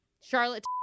Charlotte